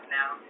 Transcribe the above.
now